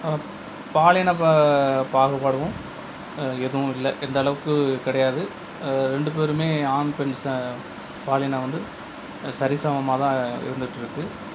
பாலின பா பாகுபாடும் எதுவும் இல்லை எந்தளவுக்கு கிடையாது ரெண்டு பேருமே ஆண் பெண் ச பாலினம் வந்து சரிசமமாக தான் இருந்துகிட்டு இருக்குது